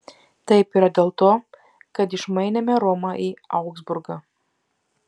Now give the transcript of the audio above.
taip yra dėl to kad išmainėme romą į augsburgą